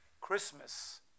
Christmas